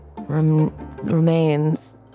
remains